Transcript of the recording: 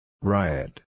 Riot